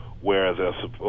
whereas